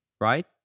right